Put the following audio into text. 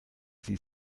sie